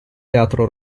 teatro